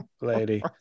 lady